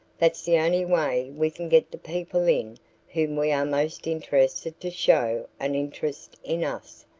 that's the only way we can get the people in whom we are most interested to show an interest in us.